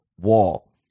wall